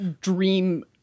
dream